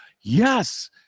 yes